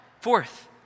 Fourth